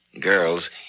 Girls